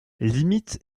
limite